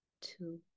two